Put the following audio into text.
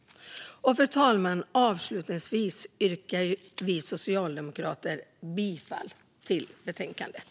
Fru talman! Vi socialdemokrater yrkar bifall till förslaget i betänkandet.